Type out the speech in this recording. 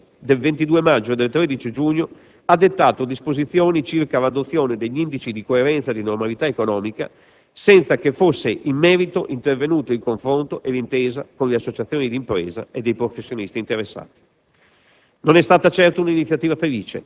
che con circolari, oltretutto tardive, del 22 maggio e del 13 giugno, ha dettato disposizioni circa l'adozione degli indici di coerenza e di normalità economica, senza che fosse in merito intervenuto il confronto e l'intesa con le associazioni d'impresa e dei professionisti interessati.